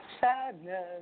Sadness